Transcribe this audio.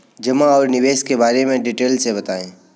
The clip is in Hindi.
जमा और निवेश के बारे में डिटेल से बताएँ?